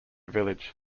village